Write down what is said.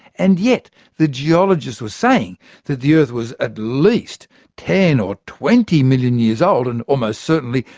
and yet the geologists were saying that the earth was at least ten or twenty million years old and almost certainly,